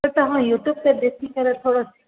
त तव्हां यूट्यूब ते ॾिसी करे थोरो